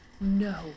no